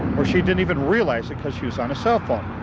or she didn't even realize it cause she was on a cell phone.